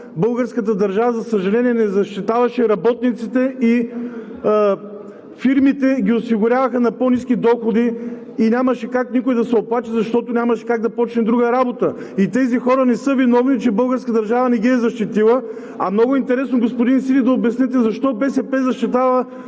българската държава, за съжаление, не защитаваше работниците и фирмите ги осигуряваха на по-ниски доходи, и нямаше как някой да се оплаче, защото нямаше как да започне друга работа. И тези хора не са виновни, че българската държава не ги е защитила. А много е интересно, господин Сиди, да обясните защо БСП защитава